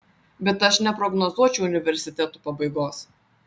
bet aš neprognozuočiau universitetų pabaigos